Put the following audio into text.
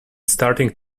starting